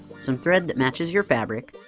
some thread that matches your fabric